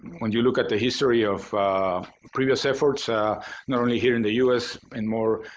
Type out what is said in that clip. when you look at the history of previous efforts not only here in the us and more